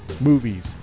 movies